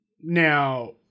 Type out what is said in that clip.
Now